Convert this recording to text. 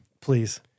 Please